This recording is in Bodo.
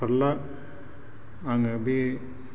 थारला आङो बे